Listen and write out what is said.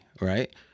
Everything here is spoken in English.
right